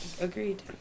Agreed